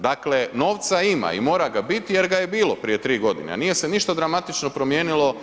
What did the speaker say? Dakle novca ima i mora ga biti jer ga je bilo prije 3 godine a nije se ništa dramatično promijenilo